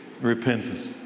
Repentance